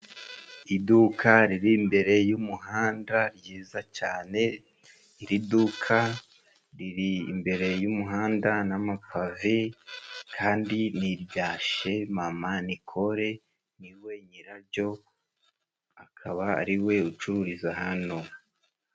Iduka riri imbere y'umuhanda ryiza cane, iri duka riri imbere y'umuhanda n'amapave kandi ni irya she Mama Nicole niwe nyiraryo, akaba ariwe ucururiza hano.